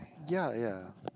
ya ya